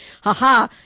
haha